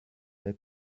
they